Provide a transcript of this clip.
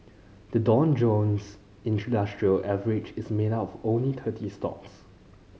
the Dow Jones International Average is made up of only thirty stocks